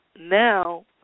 now